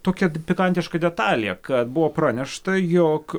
tokia pikantiška detalė kad buvo pranešta jog